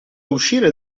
uscire